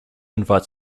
invites